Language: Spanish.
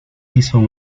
hizo